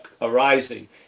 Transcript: arising